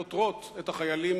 פוטרות את החיילים